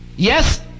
Yes